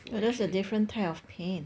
no that's a different type of pain